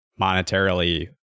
monetarily